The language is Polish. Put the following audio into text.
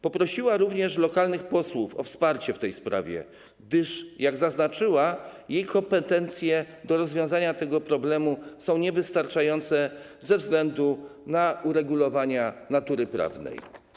Poprosiła również lokalnych posłów o wsparcie w tej sprawie, gdyż, jak zaznaczyła, jej kompetencje do rozwiązania tego problemu są niewystarczające ze względu na uregulowania natury prawnej.